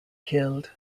killed